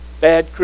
bad